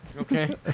Okay